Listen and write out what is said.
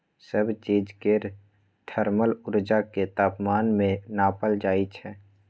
सब चीज केर थर्मल उर्जा केँ तापमान मे नाँपल जाइ छै